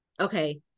okay